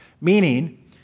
meaning